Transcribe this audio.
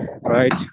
right